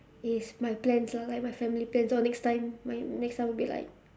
is my plans ah like my family plans so next time my next time would be like